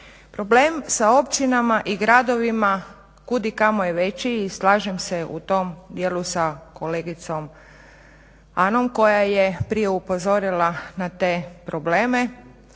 Problem sa općinama i gradovima kudikamo je veći i slažem se u tom dijelu sa kolegicom Anom koja je prije upozorila na te probleme.